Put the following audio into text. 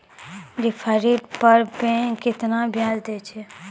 Deposit पर bank केतना ब्याज दै छै?